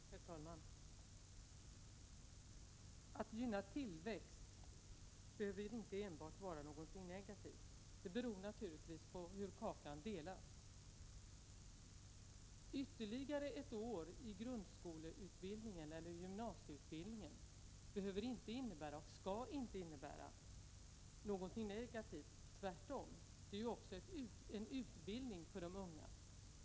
Herr talman! Att gynna tillväxt behöver inte enbart vara någonting negativt — det beror naturligtvis på hur kakan delas. Ytterligare ett år i grundskoleutbildning eller gymnasieutbildning behöver inte och skall inte innebära någonting negativt — tvärtom. Det är ju också en utbildning för de unga.